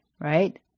right